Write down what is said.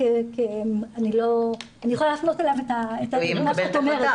אני יכולה להפנות אליו את מה שאת אומרת,